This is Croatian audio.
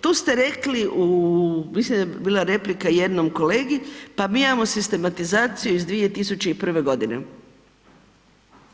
Tu ste rekli u, mislim da je bila replika jednom kolegi, pa mi imamo sistematizaciju iz 2001.g.,